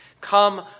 come